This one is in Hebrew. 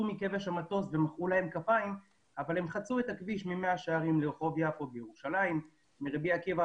מענה והם עטופים בפתרונות ובמפקדים ובסלים כאלה